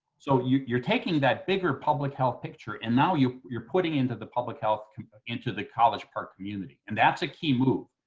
so you're you're taking that bigger public health picture, and now you're you're putting into the public health into the college park community, and that's a key move.